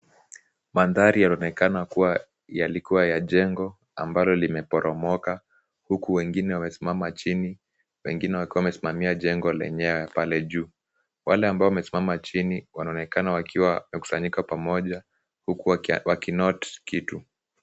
Mandhari yanaonekana kuwa yalikuwa ya jengo ambalo limeporomoka huku wengine wamesimama chini, wengine wakiwa wamesimamia jengo lenyewe pale juu. Wale ambao wamesimama chini wanaonekana wakiwa wamekusanyika pamoja huku wakinote kitu.